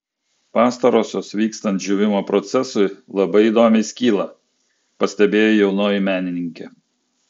pastarosios vykstant džiūvimo procesui labai įdomiai skyla pastebėjo jaunoji menininkė